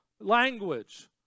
language